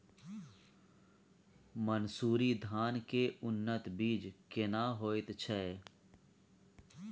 मन्सूरी धान के उन्नत बीज केना होयत छै?